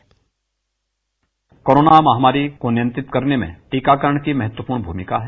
bite corona महामारी को नियंत्रित करने में टीकाकरण की महत्वपूर्ण भूमिका है